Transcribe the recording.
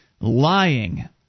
lying